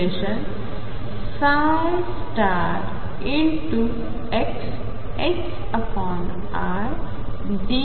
बनते